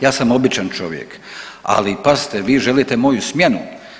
Ja sam običan čovjek, ali pazite, vi želite moju smjenu.